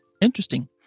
Interesting